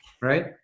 right